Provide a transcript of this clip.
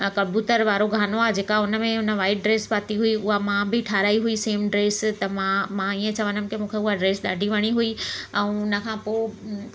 कबूतर वारो गानो आहे जेका उन में हुन वाइट ड्रेस पाती हुई उहा मां बि ठाराई हुई सेम ड्रेस त मां मां ईअं चवंदमि की मूंखे उहा ड्रेस ॾाढी वणी हुई ऐं हुनखां पोइ